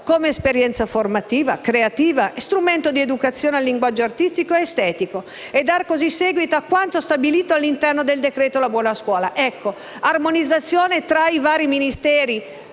come esperienza formativa e creativa, sia come strumento di educazione al linguaggio artistico ed estetico e dare così seguito a quanto già stabilito all'interno del decreto la buona scuola. L'armonizzazione tra i vari Ministeri,